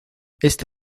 este